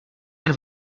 jen